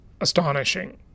astonishing